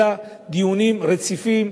אלא דיונים רציפים,